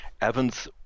Evans